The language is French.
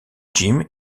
jim